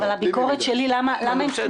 אבל הביקורת שלי היא למה הם צריכים